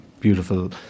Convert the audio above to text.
Beautiful